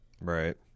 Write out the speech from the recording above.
right